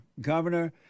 governor